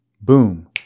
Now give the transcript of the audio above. boom